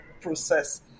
process